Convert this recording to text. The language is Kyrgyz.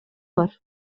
бар